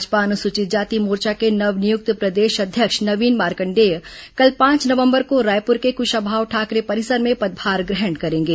भाजपा अनुसूचित जाति मोर्चा के नव नियुक्त प्रदेश अध्यक्ष नवीन मार्कंडेय कल पांच नवंबर को रायपुर के कुशाभाऊ ढाकरे परिसर में पदभार ग्रहण करेंगे